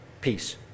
Peace